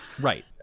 Right